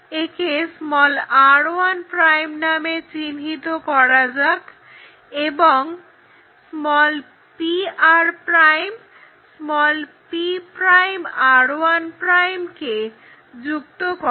একে r1' নামে অভিহিত করা যাক এবং pr' p'r1' কে যুক্ত করো